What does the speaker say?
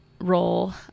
role